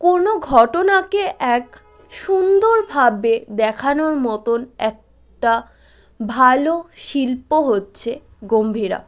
কোনো ঘটনাকে এক সুন্দরভাবে দেখানোর মতোন একটা ভালো শিল্প হচ্ছে গম্ভীরা